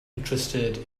interested